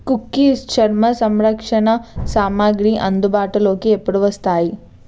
cookies చర్మ సంరక్షణ సామాగ్రి అందుబాటులోకి ఎప్పుడు వస్తాయి